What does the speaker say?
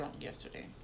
yesterday